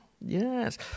Yes